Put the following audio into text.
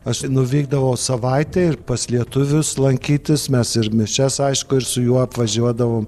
aš nuvykdavau savaitę ir pas lietuvius lankytis mes ir mišias aišku ir su juo apvažiuodavom